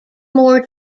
more